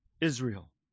Israel